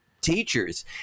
teachers